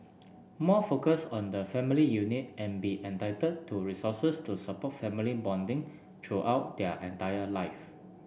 more focus on the family unit and be entitled to resources to support family bonding throughout their entire life